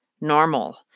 normal